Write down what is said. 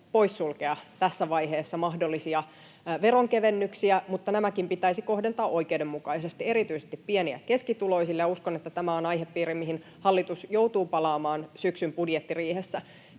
poissulkea tässä vaiheessa mahdollisia veronkevennyksiä, mutta nämäkin pitäisi kohdentaa oikeudenmukaisesti, erityisesti pieni- ja keskituloisille, ja uskon, että tämä on aihepiiri, mihin hallitus joutuu palaamaan syksyn budjettiriihessä.